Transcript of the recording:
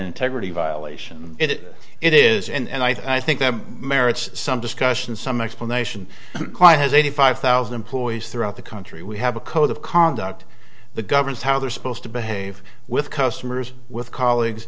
integrity violation it it is and i think that merits some discussion some explanation quite has eighty five thousand employees throughout the country we have a code of conduct the governs how they're supposed to behave with customers with colleagues